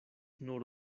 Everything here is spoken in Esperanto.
nur